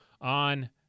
on